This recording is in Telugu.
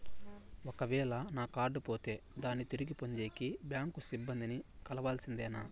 ఒక వేల నా కార్డు పోతే దాన్ని తిరిగి పొందేకి, బ్యాంకు సిబ్బంది ని కలవాల్సిందేనా?